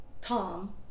tom